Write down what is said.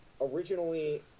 originally